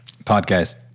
podcast